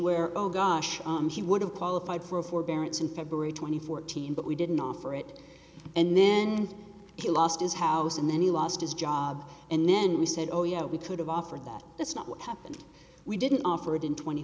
where all gosh she would have qualified for a forbearance in february twenty four team but we didn't offer it and then he lost his house and then he lost his job and then we said oh yeah we could have offered that that's not what happened we didn't offer it in tw